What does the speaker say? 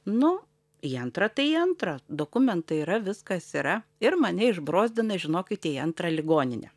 nu į antrą tai į antrą dokumentai yra viskas yra ir mane išbrozdina žinokite į antrą ligoninę